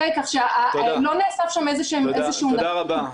כך שלא נאסף שם איזה שהוא נתון --- תודה רבה,